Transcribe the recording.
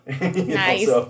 Nice